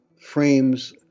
frames